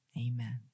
Amen